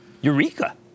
Eureka